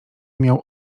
miał